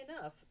enough